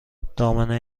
دامنه